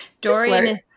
Dorian